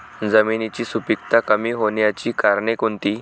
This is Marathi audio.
जमिनीची सुपिकता कमी होण्याची कारणे कोणती?